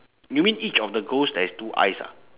you mean each of the ghost there is two eyes ah